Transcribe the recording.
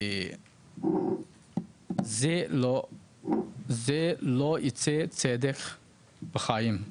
זה לא ייצא צדק בחיים.